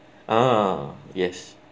uh yes